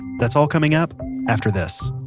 that's all coming up after this